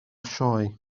sioe